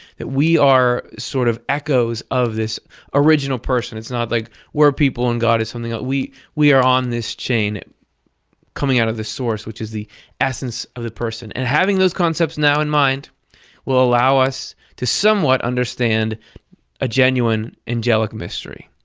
that we are sort of echoes of this original person. it's not like we're people and god is something else. we are on this chain coming out of the source which is the essence of the person. and having those concepts now in mind will allow us to somewhat understand a genuine angelic mystery.